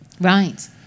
Right